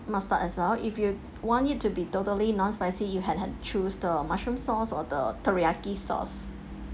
mustard as well if you want it to be totally non-spicy you had had choose the mushroom sauce or the teriyaki sauce